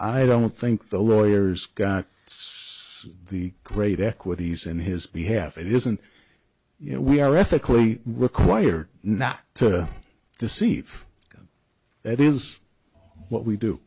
i don't think the lawyers got it's the great equities in his behalf it isn't you know we are ethically required not to deceive them that is what we do